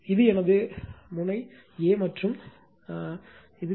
இது எனது முனையம் A மற்றும் இது எனது பி